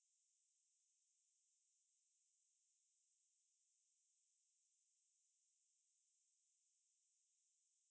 it's damn bad that I can't believe you ran on the actual day because the training that I because um when I when I okay